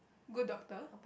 good doctor